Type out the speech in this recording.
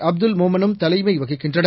அப்துல் மோமனும் தலைமை வகிக்கின்றனர்